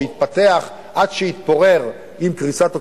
שהתפתח עד שהתפורר עם קריסת הקומוניזם,